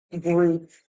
group